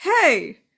hey